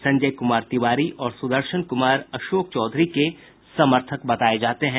संजय कुमार तिवारी और सुदर्शन कुमार अशोक चौधरी के समर्थक बताये जाते हैं